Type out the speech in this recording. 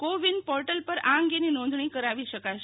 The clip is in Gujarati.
કો વિન પોર્ટલ પર આ અંગેની નોંધણી કરાવી શકાશે